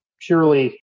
purely